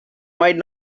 might